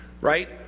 right